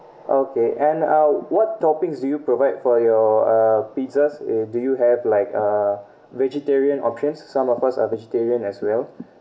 okay and uh what toppings do you provide for your uh pizzas uh do you have like uh vegetarian options some of us are vegetarian as well